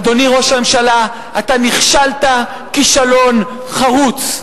אדוני ראש הממשלה, אתה נכשלת כישלון חרוץ.